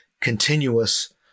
continuous